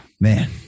man